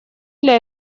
для